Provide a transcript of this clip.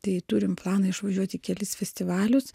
tai turim planą išvažiuot į kelis festivalius